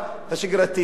מה יקרה אז?